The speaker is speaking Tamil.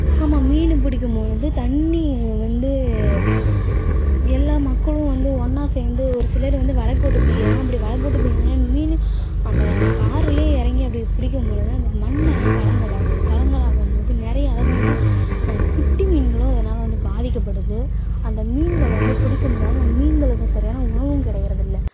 ஆமாம் மீன் பிடிக்கும்பொழுது தண்ணி வந்து எல்லா மக்களும் வந்து ஒன்றா சேர்ந்து ஒரு சிலர் வந்து வலை போட்டு பிடிக்கிறாங்க அப்படி வலை போட்டு பிடிக்கிறதுனால மீன் அந்த கார்லேயே இறங்கி அப்படி பிடிக்கும்பொழுது அந்த மண்ணெல்லாம் கலங்கல் ஆகுது கலங்கலாகும்போது நிறைய அலை வந்து குட்டி மீன்களும் அதனால் வந்து பாதிக்கப்படுது அந்த மீன்களை வந்து பிடிக்க முடியாது அந்த மீன்களுக்கு சரியான உணவும் கிடைக்கிறதில்ல